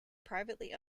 privately